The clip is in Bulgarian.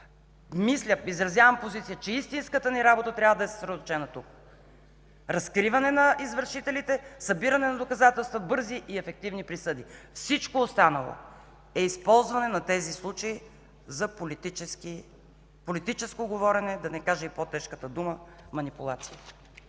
Изразявам позиция, че истинската ни работа трябва да е съсредоточена тук – разкриване на извършителите, събиране на доказателства, бързи и ефективни присъди. Всичко останало е използване на тези случаи за политическо говорене, да не кажа и по-тежката дума „манипулация”.